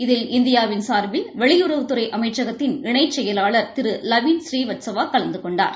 இதில் இந்தியாவின் சா்பில் வெளியுறவுத்துறை அமைச்சகத்தின் இணைச் செயலாளர் திரு லவின் புரீவஸ்தவா கலந்து கொண்டார்